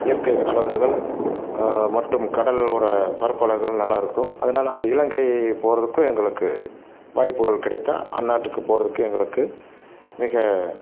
இயற்கை அழகுகள் மற்றும் கடல் ஓர பரப்பளவுகள் நல்லா இருக்கும் அதனால அந்த இலங்கை போகிறதுக்கும் எங்களுக்கு வாய்ப்புகள் கிடைத்தால் அந்நாட்டுக்கு போகிறதுக்கு எங்களுக்கு மிக